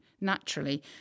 naturally